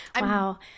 wow